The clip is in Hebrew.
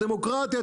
את הדמוקרטיה,